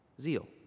Zeal